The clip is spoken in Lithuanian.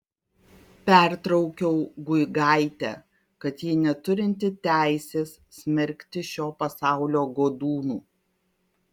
pertraukiau guigaitę kad ji neturinti teisės smerkti šio pasaulio godūnų